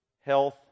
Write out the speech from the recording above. health